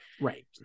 Right